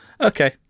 okay